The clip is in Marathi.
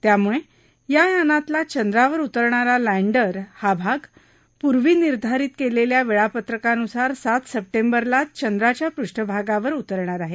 त्यामुळे या यानातला चंद्रावर उतरणारा लँडर हा भाग पूर्वी निर्धारित केलेल्या वेळापत्रकान्सार सात सप्टेंबरलाच चंद्राच्या पृष्ठभागावर उतरणार आहे